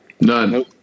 None